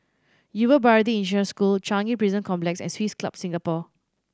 Yuva Bharati International School Changi Prison Complex and Swiss Club Singapore